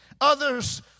Others